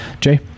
Jay